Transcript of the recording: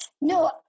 No